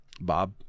Bob